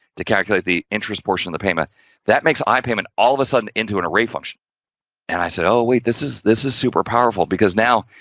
to calculate the interest portion of the payment that makes i payment, all of a sudden, into an array function and i said, oh wait, this is, this is super powerful. because now,